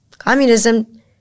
Communism